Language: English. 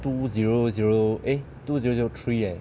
two zero zero eh two zero zero three eh